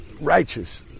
Righteous